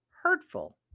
hurtful